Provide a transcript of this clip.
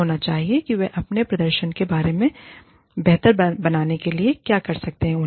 पता होना चाहिए कि वे अपने प्रदर्शन को बेहतर बनाने के लिए क्या कर सकते हैं